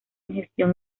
gestión